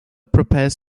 prepares